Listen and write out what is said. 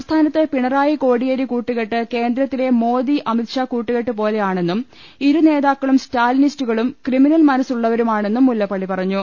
സംസ്ഥാനത്ത് പിണറായി കോടിയേരി കൂട്ടുകെട്ട് കേന്ദ്രത്തിലെ മോദി അമിത്ഷാ കൂട്ടുകെട്ട് പോലെ യാണെന്നും ഇരുനേതാക്കളും സ്റ്റാലിനിസ്റ്റുകളും ക്രിമിനൽ മന സ്സുള്ളവരുമാണെന്നും മുല്ലപ്പള്ളി പറഞ്ഞു